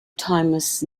timeless